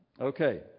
Okay